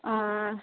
ம் ம்